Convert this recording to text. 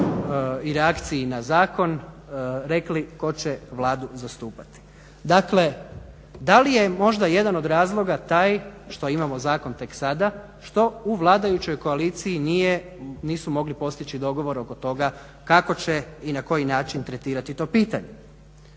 i reakciji na zakon rekli tko će Vladu zastupati. Dakle da li je možda jedan od razloga taj što imamo zakon tek sada, što u vladajućoj koaliciji nisu mogli postići dogovor oko toga kako će i na koji način tretirati to pitanje?